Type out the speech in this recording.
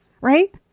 right